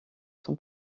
son